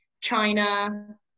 China